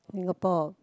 Singapore